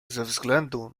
względu